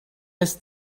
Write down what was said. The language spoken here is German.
ist